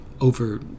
over